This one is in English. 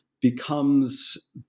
becomes